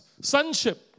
Sonship